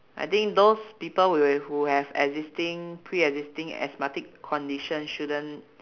I think those people with who have existing pre existing asthmatic condition shouldn't